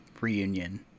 reunion